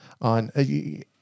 on